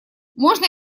можно